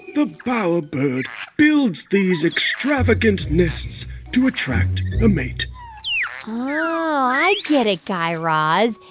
the bowerbird builds these extravagant nests to attract a mate oh, i get it, guy raz.